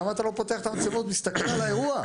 למה אתה לא פותח את המצלמות ומסתכל על האירוע?